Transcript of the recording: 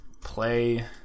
play